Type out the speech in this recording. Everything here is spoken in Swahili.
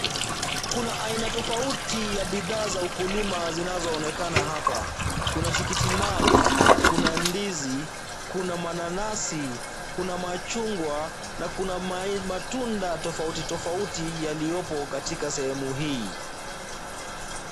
Kuna aina tofauti ya bidhaa za ukulima zinazoonekana hapa. Kuna tikiti maji, kuna ndizi, kuna mananasi, kuna machungwa, na kuna matunda tofauti tofauti yaliyopo katika sehemu hii.